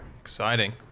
Exciting